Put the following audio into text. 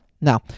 Now